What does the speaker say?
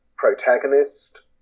protagonist